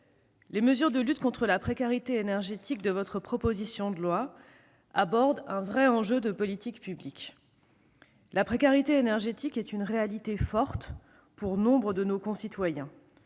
les mesures de lutte contre la précarité énergétique figurant dans cette proposition de loi abordent un vrai enjeu de politique publique. La précarité énergétique est une réalité forte pour nombre de nos concitoyens.